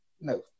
no